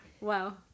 Wow